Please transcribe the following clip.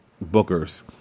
Booker's